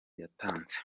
yatanze